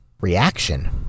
reaction